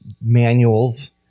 manuals